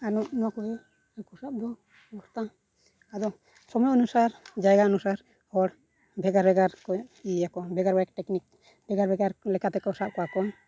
ᱟᱨ ᱱᱚᱣᱟ ᱠᱚᱜᱮ ᱦᱟᱹᱠᱩ ᱥᱟᱵ ᱫᱚ ᱯᱚᱨᱮᱛᱮ ᱟᱫᱚ ᱥᱚᱢᱚᱭ ᱚᱱᱩᱥᱟᱨ ᱡᱟᱭᱜᱟ ᱚᱱᱩᱥᱟᱨ ᱦᱚᱲ ᱵᱷᱮᱜᱟᱨ ᱵᱷᱮᱜᱟᱨ ᱠᱚ ᱤᱭᱟᱹᱭᱟᱠᱚ ᱵᱷᱮᱜᱟᱨ ᱵᱷᱮᱜᱟᱨ ᱴᱮᱠᱱᱤᱠ ᱵᱷᱮᱜᱟᱨ ᱵᱷᱮᱜᱟᱨ ᱞᱮᱠᱟᱛᱮᱠᱚ ᱥᱟᱵ ᱠᱚᱣᱟ ᱠᱚ